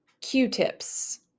Q-tips